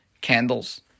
candles